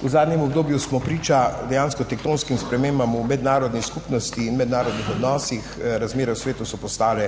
V zadnjem obdobju smo priča dejansko tektonskim spremembam v mednarodni skupnosti in mednarodnih odnosih. Razmere v svetu so postale